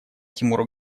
тимуру